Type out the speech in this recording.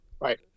right